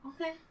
Okay